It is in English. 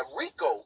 Rico